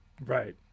Right